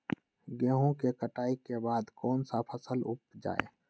गेंहू के कटाई के बाद कौन सा फसल उप जाए?